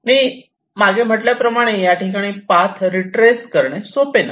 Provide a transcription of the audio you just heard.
मी मागे म्हटल्याप्रमाणे या ठिकाणी पाथ रीट्रेस करणे सोपे नाही